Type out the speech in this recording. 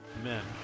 Amen